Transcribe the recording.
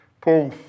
Paul